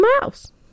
mouse